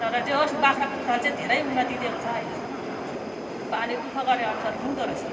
तर जे होस् बाख्रा कुखराले चाहिँ धेरै उन्नति दिएको छ अहिलेसम्म पाल्यो दुख गरे अनुसार हुँदो रहेछ